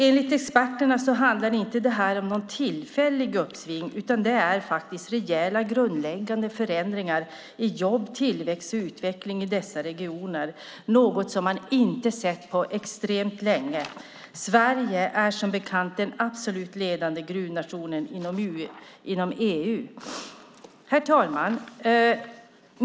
Enligt experterna handlar det inte om något tillfälligt uppsving, utan det är rejäla grundläggande förändringar i jobb, tillväxt och utveckling i dessa regioner. Det är något som man inte har sett på extremt länge. Sverige är som bekant den absolut ledande gruvnationen inom EU. Herr talman!